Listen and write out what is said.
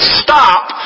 stop